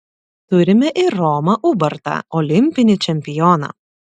turime ir romą ubartą olimpinį čempioną